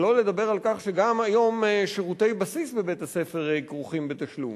שלא לדבר על כך שגם היום שירותי בסיס בבית-הספר כרוכים בתשלום,